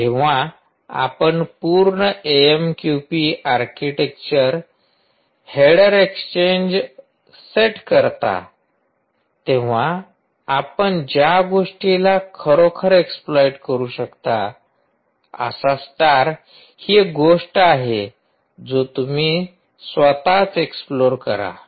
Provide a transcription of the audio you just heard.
जेव्हा आपण पूर्ण A M Q P architecture header exchange set करता तेव्हा आपण ज्या गोष्टीला खरोखर एक्सप्लॉइट करू शकता असा स्टार ही एक गोष्ट आहे जो तुम्ही स्वतःच एक्सप्लोर करा